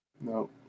No